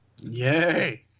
yay